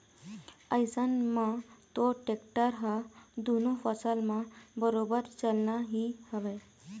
अइसन म तोर टेक्टर ह दुनों फसल म बरोबर चलना ही हवय